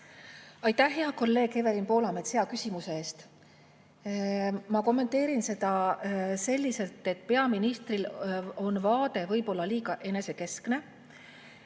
Aitäh, hea kolleeg Evelin Poolamets, hea küsimuse eest! Ma kommenteerin seda selliselt, et peaministri vaade on võib-olla liiga enesekeskne.